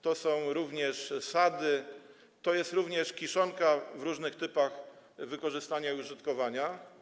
to są również sady, to jest również kiszonka w różnych typach wykorzystania i użytkowania.